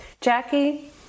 Jackie